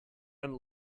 and